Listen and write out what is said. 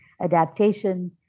adaptation